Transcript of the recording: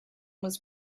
was